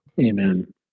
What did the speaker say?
Amen